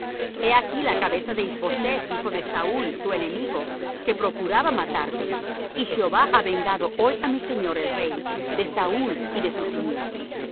he aquí la cabeza de is boseth hijo de saúl tu enemigo que procuraba matarte y jehová ha vengado hoy á mi señor el rey de saúl y de su simiente y